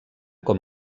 com